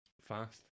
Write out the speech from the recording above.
fast